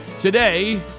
Today